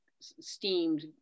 steamed